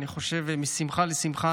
ואני חושב משמחה לשמחה,